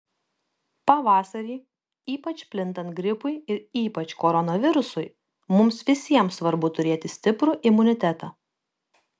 pavasarį ypač plintant gripui ir ypač koronavirusui mums visiems svarbu turėti stiprų imunitetą